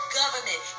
government